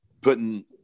putting